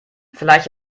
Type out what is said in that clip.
vielleicht